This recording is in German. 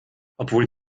obwohl